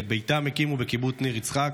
את ביתם הקימו בקיבוץ ניר יצחק,